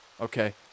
Okay